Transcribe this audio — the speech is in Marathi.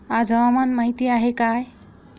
आज हवामान माहिती काय आहे?